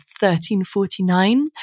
1349